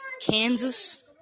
Kansas